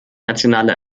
nationale